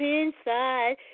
inside